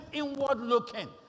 inward-looking